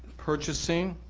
purchasing,